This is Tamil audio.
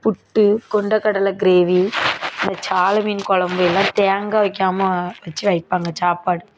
புட்டு கொண்டக்கடலை கிரேவி இந்த சாலமீன் கொழம்பு எல்லாம் தேங்காய் வைக்காமல் வச்சு வைப்பாங்க சாப்பாடு